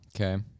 Okay